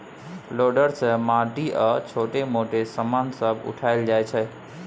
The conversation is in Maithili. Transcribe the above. लोडर सँ माटि आ छोट मोट समान सब उठाएल जाइ छै